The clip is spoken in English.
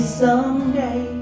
someday